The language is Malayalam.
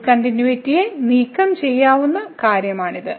ഡിസ്കണ്ടിന്യൂയിറ്റി നീക്കം ചെയ്യാവുന്ന കാര്യമാണിത്